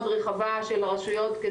מאוד רחבה של הרשויות,